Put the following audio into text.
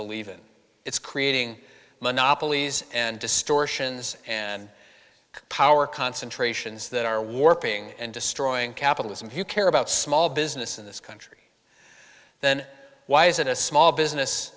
believe in it's creating monopolies and distortions and power concentrations that are warping and destroying capitalism who care about small business in this country then why is it a small business